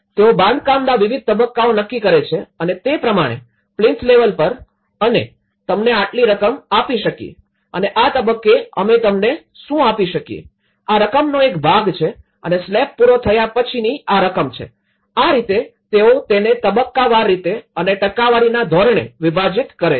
તેઓ બાંધકામના વિવિધ તબક્કાઓ નક્કી કરે છે અને તે પ્રમાણે પ્લીથ લેવલ પર અમે તમને આટલી રકમ આપી શકીયે અને આ તબ્બકે અમે તમને શું આપી શકીયે આ રકમનો એક ભાગ છે અને સ્લેબ પૂરો થાય પછીની આ રકમ છે આ રીતે તેઓ તેને તબક્કાવાર રીતે અને ટકાવારી ધોરણે વિભાજીત કરે છે